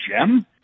gem